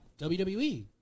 WWE